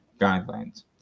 guidelines